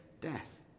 death